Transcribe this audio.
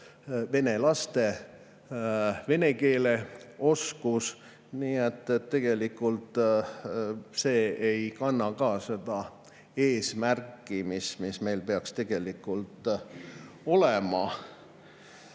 vene laste vene keele oskus. Nii et see ei kanna seda eesmärki, mis meil peaks tegelikult olema.